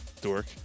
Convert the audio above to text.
dork